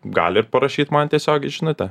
gali ir parašyt man tiesiog į žinutę